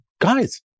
guys